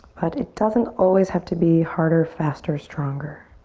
but it doesn't always have to be harder, faster, stronger.